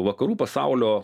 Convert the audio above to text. vakarų pasaulio